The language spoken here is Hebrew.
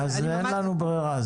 יחד עם זאת,